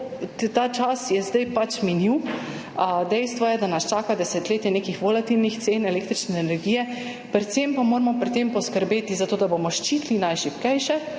ta čas je zdaj pač minil. Dejstvo je, da nas čaka desetletje nekih volatilnih cen električne energije, predvsem pa moramo pri tem poskrbeti za to, da bomo ščitili najšibkejše,